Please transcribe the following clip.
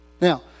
Now